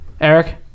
Eric